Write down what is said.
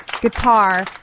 guitar